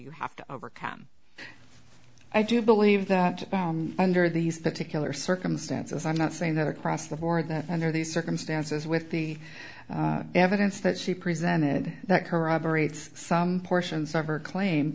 you have to overcome i do believe that under these particular circumstances i'm not saying that across the board that under these circumstances with the evidence that she presented that corroborates some portions of her claim